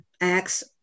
Acts